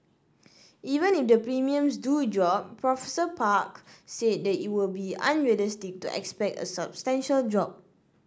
even if the premiums do drop Professor Park said that it will be unrealistic to expect a substantial drop